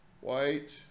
White